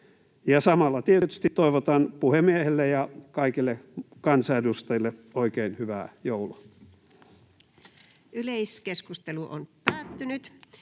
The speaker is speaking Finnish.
samalla tietysti toivotan puhemiehelle ja kaikille kansanedustajille oikein hyvää joulua.